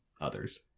others